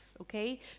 Okay